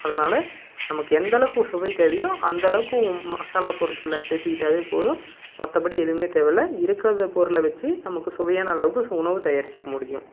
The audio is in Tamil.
அதனால் நமக்கு எந்த அளவுக்கு சுவை தேவையோ அந்த அளவுக்கு மசாலா பொருட்களை சேத்துக்கிட்டாவே போதும் மற்றபடி எதுவும் தேவையில்ல இருக்கற பொருளை வைச்சி நமக்கு சுவையான அளவுக்கு உணவு தயாரித்துக்க முடியும்